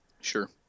Sure